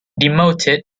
demoted